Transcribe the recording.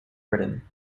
britain